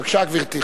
בבקשה, גברתי.